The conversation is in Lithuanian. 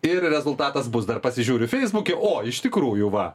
ir rezultatas bus dar pasižiūriu feisbuke o iš tikrųjų va